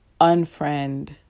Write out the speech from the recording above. unfriend